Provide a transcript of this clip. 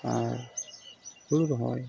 ᱟᱨ ᱦᱩᱲᱩ ᱨᱚᱦᱚᱭ